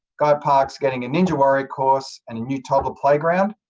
guyatt park is getting a ninja warrior course, and a new toddler playground.